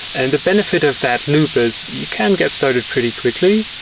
and the benefit of that loop as you can get started pretty quickly,